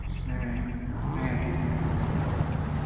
ᱦᱮᱸ ᱦᱮᱸ ᱴᱷᱤᱠᱜᱮᱭᱟ ᱢᱟ